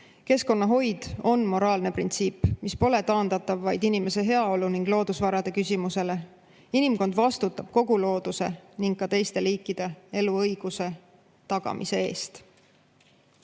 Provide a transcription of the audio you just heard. "Keskkonnahoid on moraalne printsiip, mis pole taandatav vaid inimese heaolu ning loodusvarade küsimusele. Inimkond vastutab kogu looduse ning ka teiste liikide eluõiguse tagamise eest."